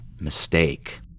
Mistake